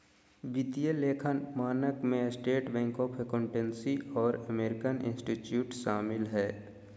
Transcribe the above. वित्तीय लेखा मानक में स्टेट बोर्ड ऑफ अकाउंटेंसी और अमेरिकन इंस्टीट्यूट शामिल हइ